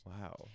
wow